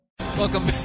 Welcome